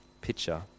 picture